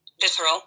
visceral